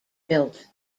built